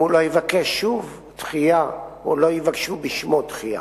אם הוא לא יבקש שוב דחייה או לא יבקשו בשמו דחייה.